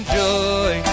joy